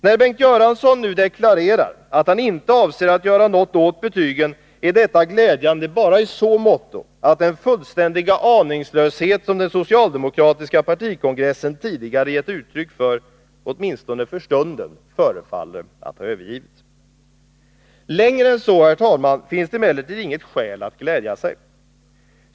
När Bengt Göransson nu deklarerar att han inte avser att göra något åt betygen är detta glädjande bara i så måtto att den fullständiga aningslöshet som den socialdemokratiska partikongressen tidigare gett uttryck för åtminstone för stunden förefaller att ha övergivits. Längre än så, herr talman, finns det emellertid inget skäl att glädja sig.